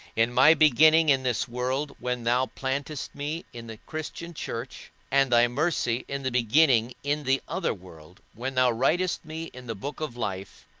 in my beginning in this world, when thou plantedst me in the christian church, and thy mercy in the beginning in the other world, when thou writest me in the book of life,